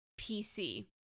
PC